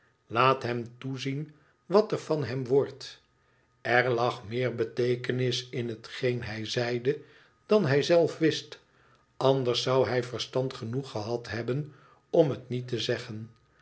laat hem toezien wat er van hem wordt r lag meer beteekenis in hetgeen hij zeide dan hij zelf wist anders zou hij verstand genoeg gehad hebben om het niet te zeggen